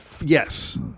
Yes